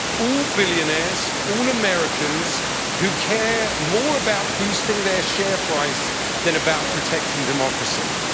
all billionaires, all americans who care more about boosting their share price than about protecting democracy.